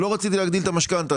לא רציתי להגדיל את המשכנתה.